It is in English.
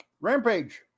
Rampage